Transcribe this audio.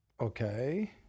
okay